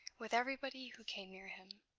with everybody who came near him.